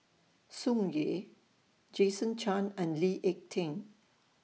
Tsung Yeh Jason Chan and Lee Ek Tieng